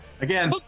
Again